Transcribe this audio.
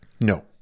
No